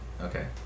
Okay